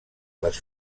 les